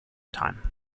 time